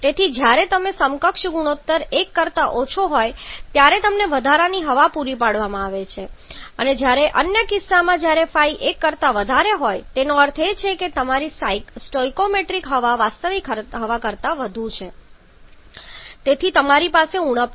તેથી જ્યારે સમકક્ષ ગુણોત્તર 1 કરતા ઓછો હોય ત્યારે તમને વધારાની હવા પુરી પાડવામાં આવી હોય જ્યારે અન્ય કિસ્સામાં જ્યારે ϕ 1 કરતા વધારે હોય તેનો અર્થ એ છે કે તમારી સ્ટોઇકિયોમેટ્રિક હવા વાસ્તવિક હવા કરતા વધુ છે અને તેથી તમારી પાસે ઉણપ છે